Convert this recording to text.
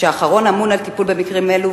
שאמון על טיפול במקרים אלו,